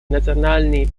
национальный